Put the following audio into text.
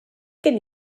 gen